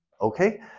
Okay